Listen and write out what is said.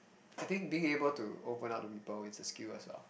I think being able to open up to people it's a skill as well